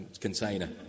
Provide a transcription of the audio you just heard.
container